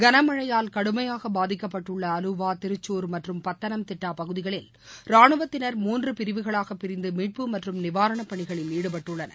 கனமழையால் கடுமையாக பாதிக்கப்பட்டுள்ள அலுவா திருச்சூர் மற்றும் பத்தனம்திட்டா பகுதிகளில் ரானுவத்தினர் மூன்று பிரிவுகளாக பிரிந்து மீட்புப் மற்றும் நிவாரணப் பணிகளில் ஈடுபட்டுள்ளனர்